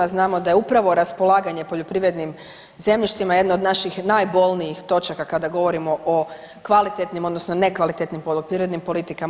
Znamo da je upravo raspolaganje poljoprivrednim zemljištima jedna od naših najbolnijih točaka kada govorimo o kvalitetnim, odnosno nekvalitetnim poljoprivrednim politikama.